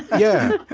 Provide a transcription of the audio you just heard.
yeah,